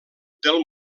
del